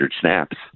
snaps